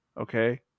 Okay